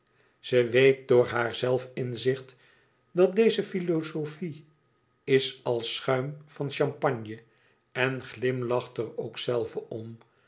ze weet door haar zelfinzicht dat deze filozofie is als schuim van champagne en glimlacht er ook zelve om